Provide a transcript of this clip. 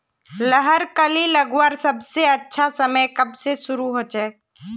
लहर कली लगवार सबसे अच्छा समय कब से शुरू होचए?